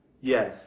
Yes